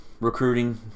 recruiting